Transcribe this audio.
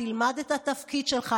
תלמד את התפקיד שלך,